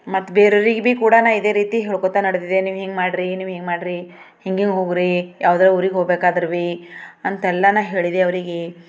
ಮತ್ತೆ ಬೇರೆಲ್ಲಿಗೆ ಬೀ ಕೂಡ ನಾ ಇದೇ ರೀತಿ ಹೇಳ್ಕೋತ ನಡೆದಿದ್ದೆ ನೀವು ಹಿಂಗೆ ಮಾಡ್ರಿ ನೀವು ಹಿಂಗೆ ಮಾಡ್ರಿ ಹಿಂಗೆ ಹೋಗ್ರಿ ಯಾವುದೇ ಊರಿಗೆ ಹೋಗ್ಬೇಕಾದ್ರು ಬೀ ಅಂತೆಲ್ಲ ಹೇಳಿದೆ ಅವರಿಗೆ